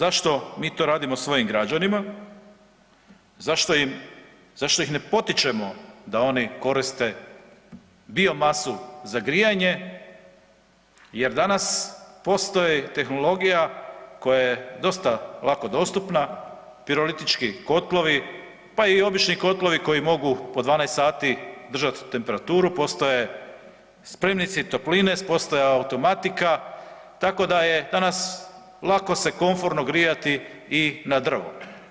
Pa ja sad pitam zašto mi to radimo svojim građanima, zašto im, zašto ih ne potičemo da oni koriste biomasu za grijanje jer danas postoji tehnologija koja je dosta lako dostupna pirolitički kotlovi pa i obični kotlovi koji mogu po 12 sati držat temperaturu, postoji spremnici topline, postoji automatika tako da je danas lako se komforno grijati i na drvo.